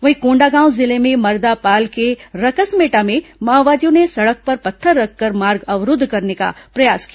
वहीं कोंडागांव जिले में मर्दापाल के रकसमेटा में माओवादियों ने सड़क पर पत्थर रखकर मार्ग अवरूद्व करने का प्रयास किया